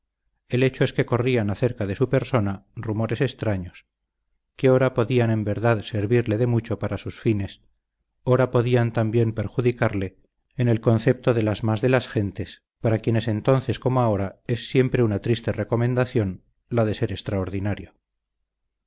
el hecho es que corrían acerca de su persona rumores extraños que ora podían en verdad servirle de mucho para sus fines ora podían también perjudicarle en el concepto de las más de las gentes para quienes entonces como ahora es siempre una triste recomendación la de ser extraordinario